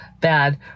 bad